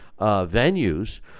venues